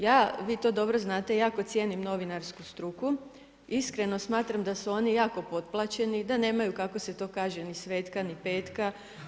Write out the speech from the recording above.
Ja, vi to dobro znate, jako cijenim novinarsku struku, iskreno smatram da su oni jako potplaćeni, da nemaju kako se to gake ni svetka, ni petka.